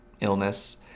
illness